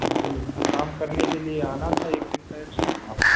जी काम करने के लिए आना था एक दिन का एक्श्ट्रा काम